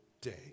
day